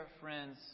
friends